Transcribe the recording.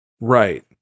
Right